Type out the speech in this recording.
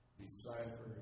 decipher